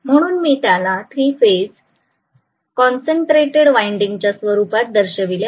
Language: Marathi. म्हणून मी त्याला थ्री फेज कॉन्सन्ट्रेटेड वाइंडिंग च्या स्वरूपात दर्शविले आहे